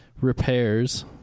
Repairs